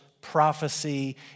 prophecy